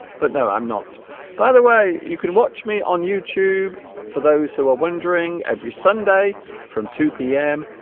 but no i'm not by the way you can watch me on youtube for those who are wondering every sunday from two p m.